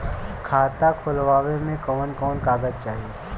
खाता खोलवावे में कवन कवन कागज चाही?